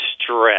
stress